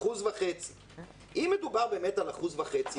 1.5%. אם מדובר באמת על 1.5%,